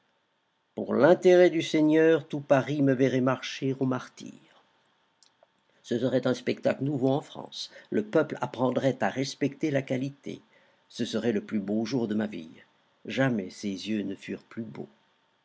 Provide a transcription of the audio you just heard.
pour l'intérêt du seigneur tout paris me verrait marcher au martyre ce serait un spectacle nouveau en france le peuple apprendrait à respecter la qualité ce serait le plus beau jour de ma vie jamais ses yeux ne furent plus beaux